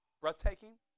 Breathtaking